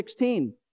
16